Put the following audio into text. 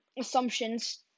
assumptions